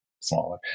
smaller